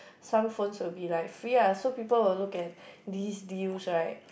some phones will be like free lah so people will look at this deals right